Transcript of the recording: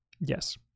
Yes